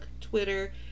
Twitter